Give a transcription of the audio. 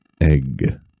egg